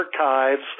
archives